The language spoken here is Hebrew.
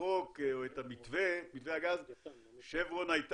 החוק או את מתווה הגז 'שברון' הייתה,